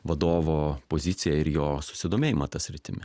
vadovo poziciją ir jo susidomėjimą ta sritimi